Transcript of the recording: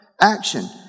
Action